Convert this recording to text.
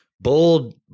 bold